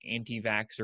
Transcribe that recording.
anti-vaxxer